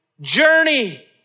journey